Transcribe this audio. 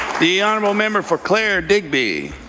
the honourable member for clare-digby.